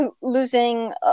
losing